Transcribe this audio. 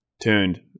turned